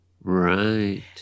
Right